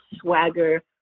swagger